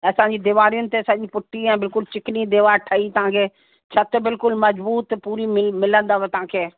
ऐं असांजी दीवारियुन ते सॼी पुट्टी ऐं बिल्कुलु चिकनी दीवार ठही तव्हांखे छत बिल्कुलु मजबूत पूरी मिलंदव तव्हांखे